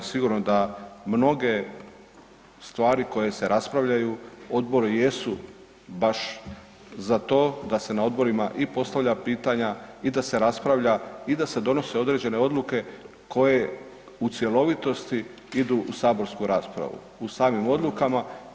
Sigurno da mnoge stvari koje se raspravljaju odbori jesu baš za to da se na odborima i postavljaju pitanja i da se raspravlja i da se donose određene odluke koje u cjelovitosti idu u saborsku raspravu u samim odlukama.